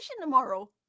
tomorrow